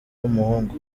w’umuhungu